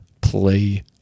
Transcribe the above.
play